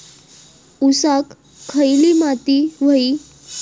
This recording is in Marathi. ऊसाक खयली माती व्हयी?